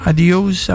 Adios